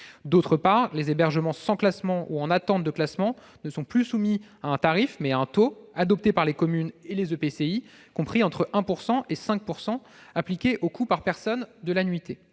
D'autre part, les hébergements sans classement ou en attente de classement sont soumis non plus à un tarif, mais à un taux, adopté par les communes et les EPCI, compris entre 1 % et 5 % et appliqué au coût par personne et par nuitée.